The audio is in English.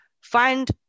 find